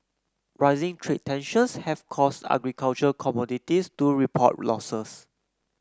rising trade tensions have caused agricultural commodities to report losses